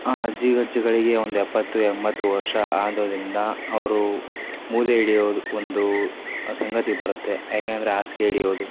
ಆ ಅಜ್ಜಿ ಅಜ್ಜಗಳಿಗೆ ಒಂದು ಎಪ್ಪತ್ತು ಎಂಬತ್ತು ವರ್ಷ ಆಗೋದ್ರಿಂದ ಅವರು ಮೂಲೆ ಹಿಡಿಯೋದ್ ಒಂದು ಸಂಗತಿ ಬರುತ್ತೆ ಹೇಗೆ ಅಂದರೆ ಹಾಸ್ಗೆ ಹಿಡಿಯೋದು